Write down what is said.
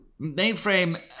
mainframe